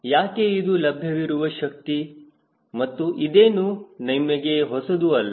ಯಾಕೆ ಇದು ಲಭ್ಯವಿರುವ ಶಕ್ತಿ ಮತ್ತು ಇದೇನು ನಿಮಗೆ ಹೊಸದು ಅಲ್ಲ